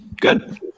Good